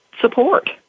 support